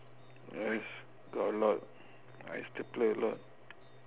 is got a lot I stapler a lot